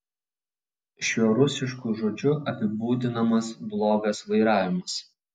šiuo rusišku žodžiu apibūdinamas blogas vairavimas